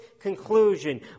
conclusion